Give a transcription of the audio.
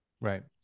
Right